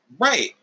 Right